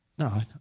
No